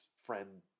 friend